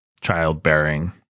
childbearing